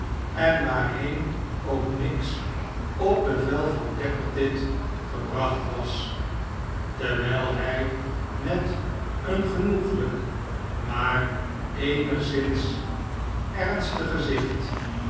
en waarheen k miggs op bevel van tappertit gebracht was terwijl hij met een genoeglijk maar eenigszins ernstig gezicht